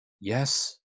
Yes